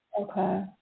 Okay